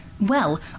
Well